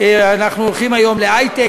אנחנו הולכים היום להיי-טק,